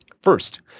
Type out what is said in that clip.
First